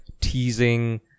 teasing